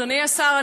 אדוני השר,